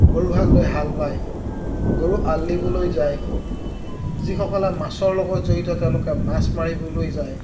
গৰুহাল লৈ হাল বায় গৰু এৰাল দিবলৈ যায় যিসকলে মাছৰ লগত জড়িত তেওঁলোকে মাছ মাৰিবলৈ যায়